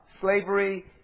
slavery